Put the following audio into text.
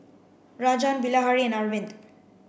Rajan Bilahari and Arvind